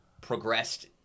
progressed